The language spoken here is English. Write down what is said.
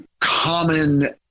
common